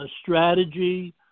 strategy